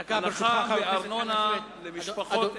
דקה, ברשותך, חבר הכנסת חנא סוייד, אדוני.